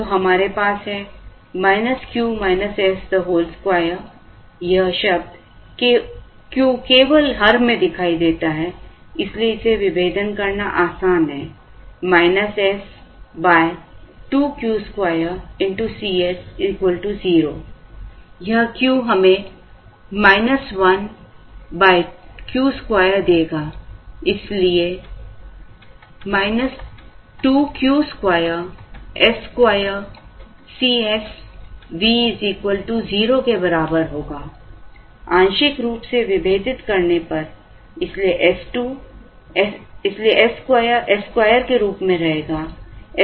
तो हमारे पास है 2 यह शब्द Q केवल हर में दिखाई देता है इसलिए इसे विभेदन करना आसान है s 2 Q2 Cs 0 यह Q हमें 1 Q 2 देगा इसलिए 2 Q2 s2 C sv 0 के बराबर होगा आंशिक रूप से विभेदित करने पर इसलिए s2 s2 के रूप में रहेगा s2 Cs 0 है